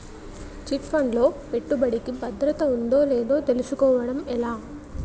Chit fund లో పెట్టుబడికి భద్రత ఉందో లేదో తెలుసుకోవటం ఎలా?